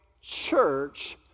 church